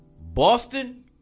Boston